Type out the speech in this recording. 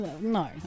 no